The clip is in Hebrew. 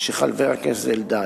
של חבר הכנסת אלדד,